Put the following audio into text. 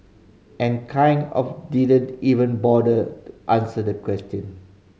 and kind of didn't even bother the answer the question